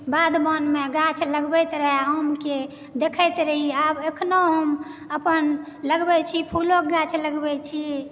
बाध बोनमे गाछ लगबैत रहए आमके देखैत रही आब एखनो हम अपन लगबै छी फूलोक गाछ लगबै छी